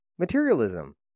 materialism